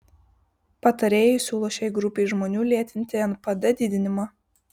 patarėjai siūlo šiai grupei žmonių lėtinti npd didinimą